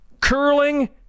curling